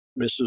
Mrs